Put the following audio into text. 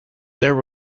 there